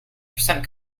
percent